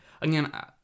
Again